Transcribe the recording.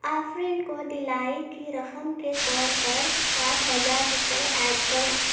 آفرین کو دلائی کی رقم کے طور پر سات ہزار روپئے ایڈ کرو